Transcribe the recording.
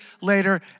later